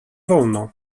wolno